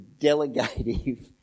delegative